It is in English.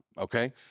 okay